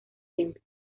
templo